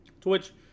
Twitch